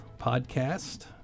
podcast